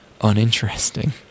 uninteresting